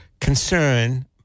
concern